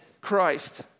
Christ